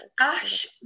ash